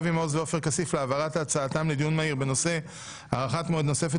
אבי מעוז ועופר כסיף להעברת הצעתם לדיון מהיר בנושא: "הארכת מועד נוספת